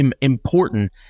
important